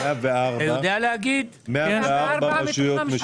104 רשויות.